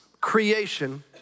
creation